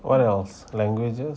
what else languages